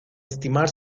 estimar